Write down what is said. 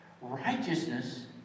Righteousness